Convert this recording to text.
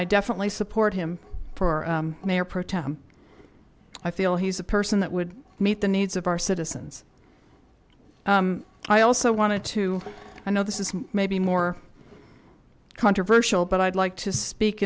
i definitely support him for mayor pro tem i feel he's a person that would meet the needs of our citizens i also wanted to i know this is maybe more controversial but i'd like to speak